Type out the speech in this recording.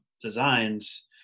designs